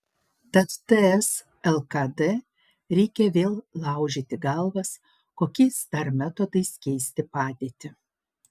tad ts lkd reikia vėl laužyti galvas kokiais dar metodais keisti padėtį